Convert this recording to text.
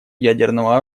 ядерного